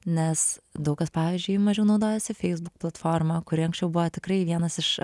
nes daug kas pavyzdžiui mažiau naudojasi facebook platforma kuri anksčiau buvo tikrai vienas iš